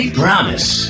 promise